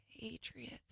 Patriots